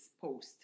post